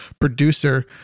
producer